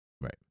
Right